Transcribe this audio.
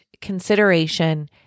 consideration